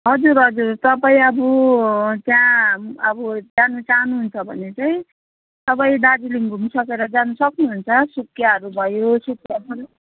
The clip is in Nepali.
हजुर हजुर तपाईँ अब त्याहाँ अब जानु चाहनुहुन्छ भने चाहिँ तपाईँले दार्जिलिङ घुमिसकेर जान सक्नुहुन्छ सुकियाहरू भयो सुकियाबाट